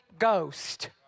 ghost